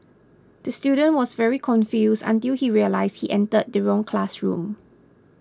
the student was very confused until he realised he entered the wrong classroom